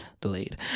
Delayed